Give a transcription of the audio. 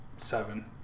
Seven